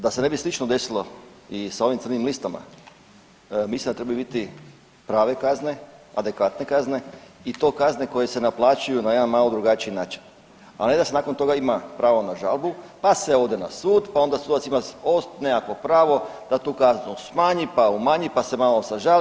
Da se ne bi slično desilo i sa ovim crnim listama mislim da trebaju biti prave kazne, adekvatne kazne i to kazne koje se naplaćuju na jedan malo drugačiji način a ne da se nakon toga ima pravo na žalbu pa se ode na sud, pa onda sudac ima nekakvo pravo da tu kaznu smanji, pa umanji, pa se malo sažali.